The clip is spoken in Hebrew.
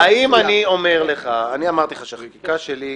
אדוני, אני אמרתי לך שהחקיקה שלנו